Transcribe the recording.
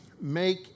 make